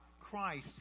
Christ